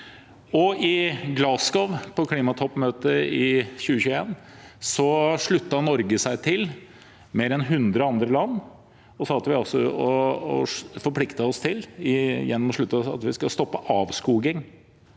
I Glasgow, på klimatoppmøtet i 2021, sluttet Norge seg til mer enn 100 andre land og forpliktet oss til å stoppe avskoging